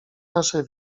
nasze